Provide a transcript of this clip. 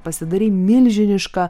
pasidarei milžinišką